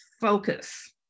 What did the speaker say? focus